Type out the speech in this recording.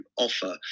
offer